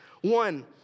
one